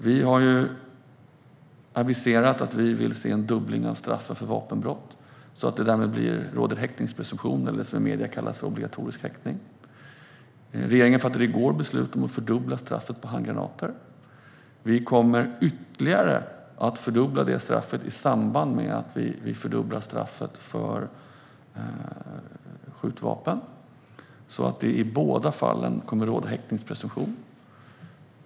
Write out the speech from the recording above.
Vi har aviserat att vi vill se en fördubbling av straffen för vapenbrott, så att det därmed ska råda häktningspresumtion, det som i medierna kallas för obligatorisk häktning. Regeringen fattade i går beslut om att fördubbla straffet för olovlig hantering av handgranater. Vi kommer att fördubbla det straffet ytterligare i samband med att vi fördubblar straffet för olovligt innehav av skjutvapen. Det ska i båda fallen råda häktningspresumtion.